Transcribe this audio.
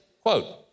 quote